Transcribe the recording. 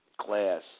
class